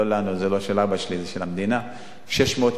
לא לנו, זה לא של אבא שלי, 600 מיליון,